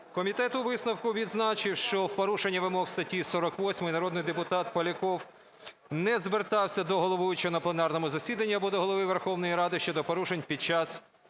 Комітет у висновку відзначив, що в порушення вимог статті 48 народний депутат Поляков не звертався до головуючого на пленарному засіданні або до Голови Верховної Ради щодо порушень під час